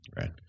Right